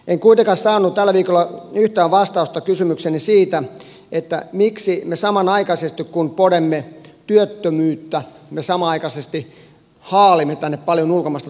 en kuitenkaan saanut tällä viikolla yhtään vastausta kysymykseeni siitä miksi me samanaikaisesti kun podemme työttömyyttä haalimme tänne paljon ulkomaista työvoimaa